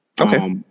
Okay